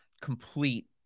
complete